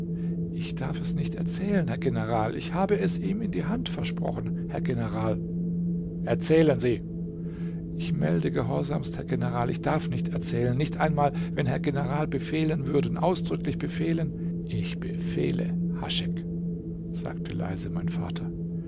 ich darf es nicht erzählen herr general ich habe es ihm in die hand versprochen herr general erzählen sie ich melde gehorsamst herr general ich darf nicht erzählen nicht einmal wenn herr general befehlen würden ausdrücklich befehlen ich befehle haschek sagte leise mein vater